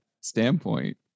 standpoint